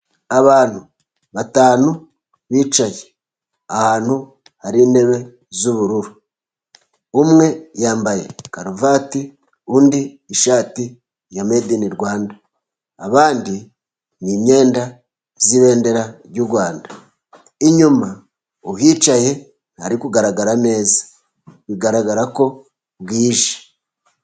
Abantu batanu bicaye ahantu hari intebe z'ubururu , umwe yambaye karuvati , undi ishati ya medini Rwanda . Abandi ni imyenda z'ibendera ry'Urwanda , inyuma uhicaye ntabwo ari kugaragara neza , bigaragara ko bwije.